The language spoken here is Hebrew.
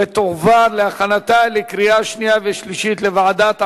ותועבר להכנתה לקריאה שנייה ושלישית לוועדת העבודה,